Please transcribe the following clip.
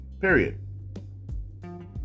period